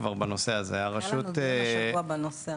היה לנו דיון השבוע בנושא.